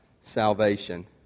salvation